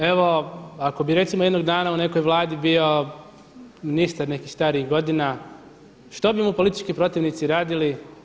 Evo ako bih recimo jednog dana u nekoj Vladi bio ministar nekih starijih godina što bi mu politički protivnici radili?